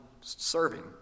serving